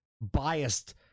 biased